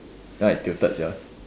then I tilted sia